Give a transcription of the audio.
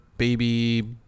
Baby